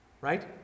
right